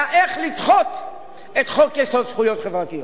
איך לדחות את חוק-יסוד: זכויות חברתיות.